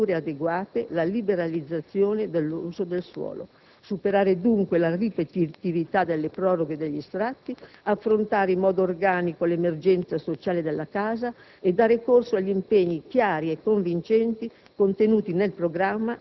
contrastando, con misure adeguate, la liberalizzazione dell'uso del suolo. Superare, dunque, la ripetitività delle proroghe degli sfratti, affrontare in modo organico l'emergenza sociale della casa e dare corso agli impegni chiari e convincenti